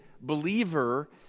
believer